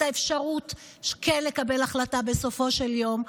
האפשרות כן לקבל החלטה בסופו של יום.